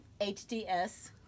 HDS